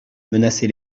menaçaient